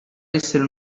essere